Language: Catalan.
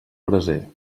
braser